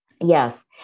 Yes